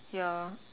ya